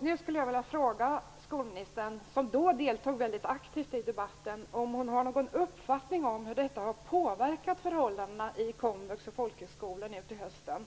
Nu skulle jag vilja fråga skolministern, som då deltog mycket aktivt i debatten, om hon har någon uppfattning om hur detta beslut har påverkat förhållandena i komvux och på folkhögskolor nu till hösten.